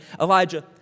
Elijah